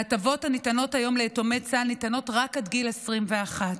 ההטבות שניתנות היום ליתומי צה"ל ניתנות רק עד גיל 21,